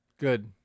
Good